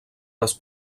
les